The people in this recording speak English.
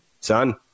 son